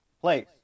place